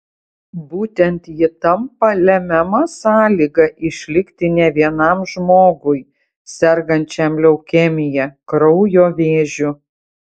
būtent ji tampa lemiama sąlyga išlikti ne vienam žmogui sergančiam leukemija kraujo vėžiu